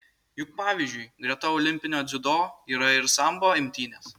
juk pavyzdžiui greta olimpinio dziudo yra ir sambo imtynės